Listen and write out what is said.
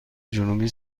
جنوبی